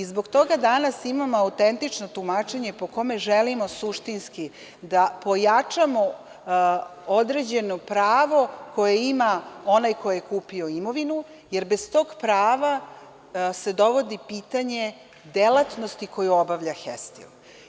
Zbog toga danas imamo autentično tumačenje po kome želimo suštinski da pojačamo određeno pravo koje ima onaj ko je kupio imovinu, jer bez tog prava se dovodi pitanje delatnosti koju obavlja „Hestil“